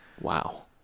Wow